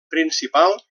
principal